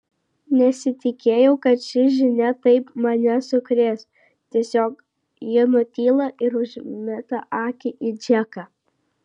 nesitikėjau kad ši žinia taip mane sukrės tiesiog ji nutyla ir užmeta akį į džeką